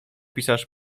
pisarz